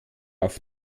auf